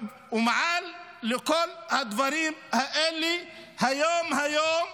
ומעל לכל הדברים האלה, היום, היום,